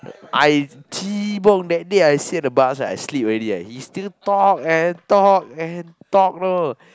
I chee bong that day I sit at the bus I sleep already right he still talk and talk and talk know